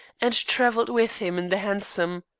and travelled with him in the hansom.